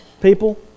people